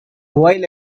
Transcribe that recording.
while